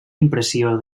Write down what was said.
impressió